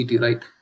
right